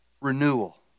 renewal